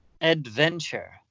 adventure